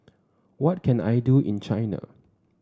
what can I do in China